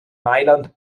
mailand